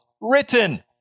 written